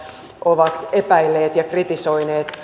ovat epäilleet ja kritisoineet